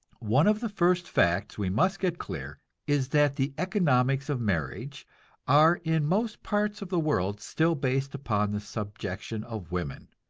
one of the first facts we must get clear is that the economics of marriage are in most parts of the world still based upon the subjection of woman,